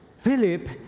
Philip